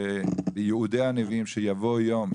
בייעודי הנביאים שיבוא יום,